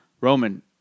Roman